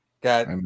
got